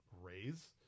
raise